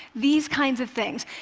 these kinds of things.